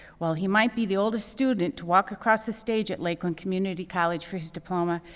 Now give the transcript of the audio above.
while he might be the oldest student to walk across the stage at lakeland community college for his diploma,